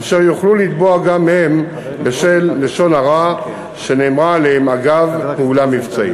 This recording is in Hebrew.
אשר יוכלו לתבוע גם הם בשל לשון הרע שנאמרה עליהם אגב פעולה מבצעית.